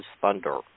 thunder